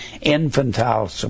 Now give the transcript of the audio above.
infantile